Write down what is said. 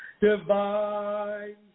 Divine